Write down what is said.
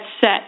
set